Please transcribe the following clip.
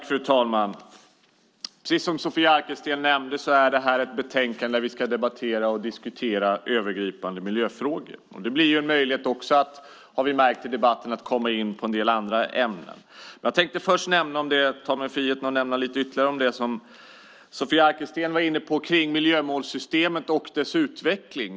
Fru talman! Precis som Sofia Arkelsten nämnde är det här ett betänkande där vi ska debattera och diskutera övergripande miljöfrågor. Det blir en möjlighet, har vi märkt, att också komma in på en del andra ämnen. Jag tänkte ta mig friheten att nämna ytterligare lite om det som Sofia Arkelsten var inne på kring miljömålssystemet och dess utveckling.